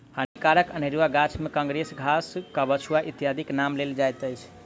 हानिकारक अनेरुआ गाछ मे काँग्रेस घास, कबछुआ इत्यादिक नाम लेल जाइत अछि